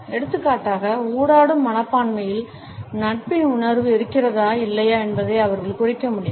எடுத்துக்காட்டாக ஊடாடும் மனப்பான்மையில் நட்பின் உணர்வு இருக்கிறதா இல்லையா என்பதை அவர்கள் குறிக்க முடியும்